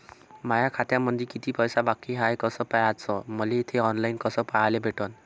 माया खात्यामंधी किती पैसा बाकी हाय कस पाह्याच, मले थे ऑनलाईन कस पाह्याले भेटन?